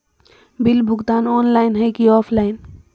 Bill भुगतान online है की ऑफलाइन?